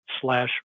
Slash